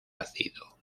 ácido